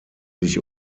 sich